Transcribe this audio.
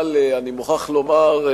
אבל אני מוכרח לומר,